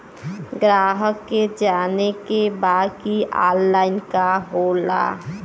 ग्राहक के जाने के बा की ऑनलाइन का होला?